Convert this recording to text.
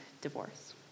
divorce